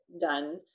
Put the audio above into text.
done